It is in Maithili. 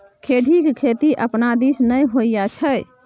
खेढ़ीक खेती अपना दिस नै होए छै